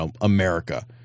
America